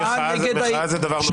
מחאה זה דבר דמוקרטי.